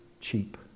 cheap